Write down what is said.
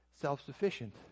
self-sufficient